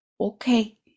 Okay